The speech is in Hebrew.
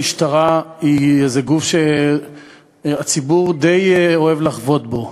המשטרה היא גוף שהציבור די אוהב לחבוט בו,